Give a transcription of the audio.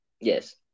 Yes